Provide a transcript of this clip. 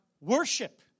worship